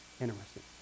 Interesting